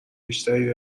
بیشتری